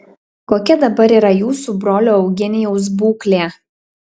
kokia dabar yra jūsų brolio eugenijaus būklė